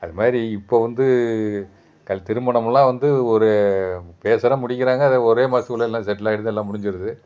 அதுமாதிரி இப்போது வந்து கல் திருமணமெல்லாம் வந்து ஒரு பேசுகிறாங்க முடிக்கிறாங்க ஒரே மாதத்துக்குள்ள எல்லாம் செட்டில் ஆகிடுது எல்லாம் முடிஞ்சுருது